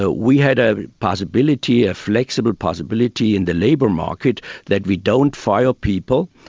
so we had a possibility, a flexible possibility in the labour market that we don't fire people,